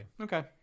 Okay